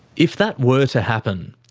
if that were to happen,